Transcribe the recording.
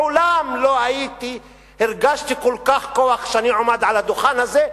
מעולם לא הרגשתי כל כך הרבה כוח כשאני עומד על הדוכן הזה,